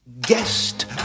Guest